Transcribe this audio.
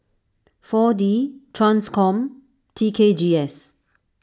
four D Transcom T K G S